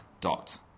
dot